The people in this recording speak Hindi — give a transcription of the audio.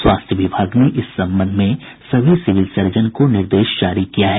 स्वास्थ्य विभाग ने इस संबंध में सभी सिविल सर्जन को निर्देश जारी किया है